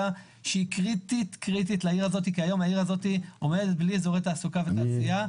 שהיא קריטית לעיר הזאת כי היום העיר הזאת עובדת בלי אזורי תעסוקה ותעשייה,